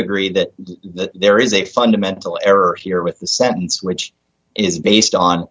agree that there is a fundamental error here with the sentence which is based on